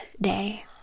day